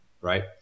Right